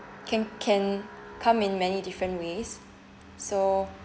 can can come in many different ways so